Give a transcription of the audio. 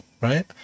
right